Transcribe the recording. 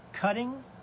cutting